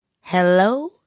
Hello